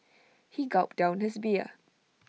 he gulped down his beer